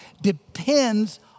depends